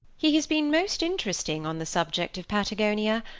he has been most interesting on the subject of patagonia.